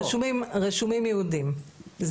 רשומים יהודים,